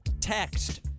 Text